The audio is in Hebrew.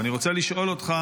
ואני רוצה לשאול אותך: